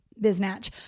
biznatch